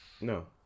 No